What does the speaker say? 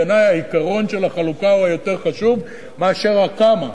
בעיני העיקרון של החלוקה הוא יותר חשוב מאשר ה"כמה",